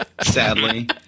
sadly